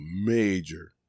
major